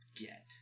get